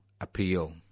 appeal